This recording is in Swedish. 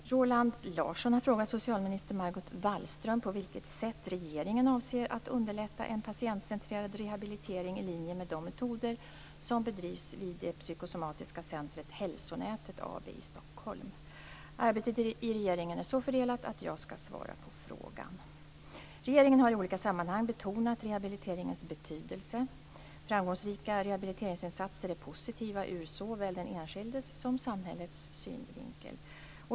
Herr talman! Roland Larsson har frågat socialminister Margot Wallström på vilket sätt regeringen avser att underlätta en patientcentrerad rehabilitering i linje med de metoder som bedrivs vid det psykosomatiska centret Hälsonätet AB i Stockholm. Arbetet i regeringen är så fördelat att jag skall svara på frågan. Regeringen har i olika sammanhang betonat rehabiliteringens betydelse. Framgångsrika rehabiliteringsinsatser är positiva ur såväl den enskildes som samhällets synvinkel.